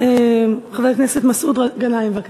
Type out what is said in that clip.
חבר הכנסת מסעוד גנאים, בבקשה.